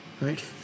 right